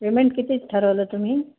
payment कितीचं ठरवलं तुम्ही